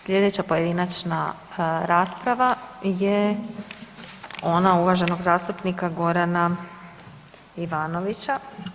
Sljedeća pojedinačna rasprava je ona uvaženog zastupnika Gorana Ivanovića.